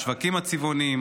השווקים צבעוניים,